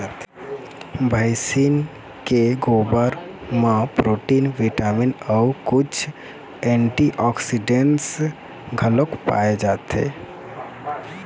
भइसी के गोरस म प्रोटीन, बिटामिन अउ कुछ एंटीऑक्सीडेंट्स घलोक पाए जाथे